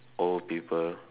old people